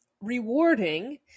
rewarding